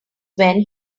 when